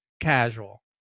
casual